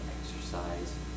exercise